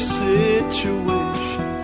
situation